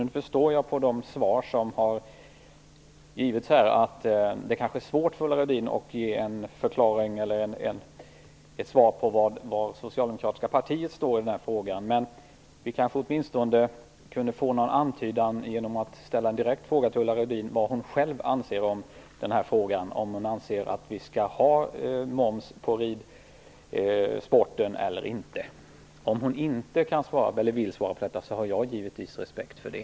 Jag förstår av de svar som har givits att det kanske är svårt för Ulla Rudin att svara på var det socialdemokratiska partiet står i den här frågan, men vi kanske åtminstone kunde få en antydan genom att ställa en direkt fråga till Ulla Rudin om vad hon själv anser i den här frågan. Anser hon att vi skall ha moms på ridsporten eller inte? Om hon inte kan eller vill svara på det har jag dock givetvis respekt för det.